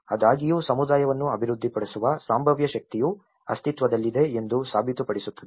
ಆದಾಗ್ಯೂ ಸಮುದಾಯವನ್ನು ಅಭಿವೃದ್ಧಿಪಡಿಸುವ ಸಂಭಾವ್ಯ ಶಕ್ತಿಯು ಅಸ್ತಿತ್ವದಲ್ಲಿದೆ ಎಂದು ಸಾಬೀತುಪಡಿಸುತ್ತದೆ